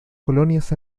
colonias